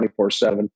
24-7